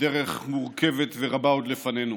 ודרך מורכבת ורבה עוד לפנינו.